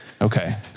Okay